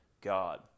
God